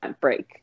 break